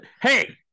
Hey